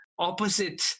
Opposite